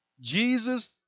Jesus